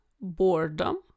boredom